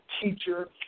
teacher